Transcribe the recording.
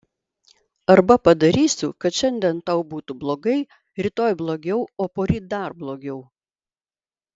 arba padarysiu kad šiandien tau būtų blogai rytoj blogiau o poryt dar blogiau